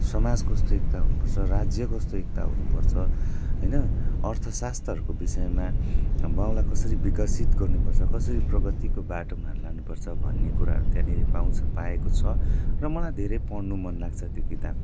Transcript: समाज कस्तो एकता हुनुपर्छ राज्य कस्तो एकता हुनुपर्छ होइन अर्थशास्त्रहरूको विषयमा भावना कसरी विकसित गर्नुपर्छ कसरी प्रगतिको बाटोमा लानुपर्छ भन्ने कुराहरू त्यहाँनिर पाउँछौँ पाएको छ र मलाई धेरै पढ्नु मनलाग्छ त्यो किताब